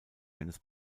eines